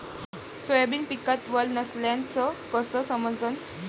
Soybean पिकात वल नसल्याचं कस समजन?